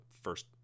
first